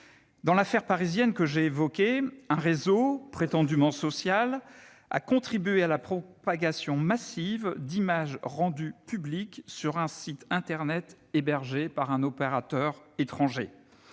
Dans l'affaire parisienne que j'ai évoquée, un réseau, prétendument social, a contribué à la propagation massive d'images rendues publiques sur un site internet hébergé par un opérateur étranger.